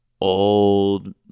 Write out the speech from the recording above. old